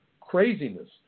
Craziness